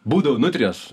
būdavo nutrijos